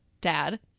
Dad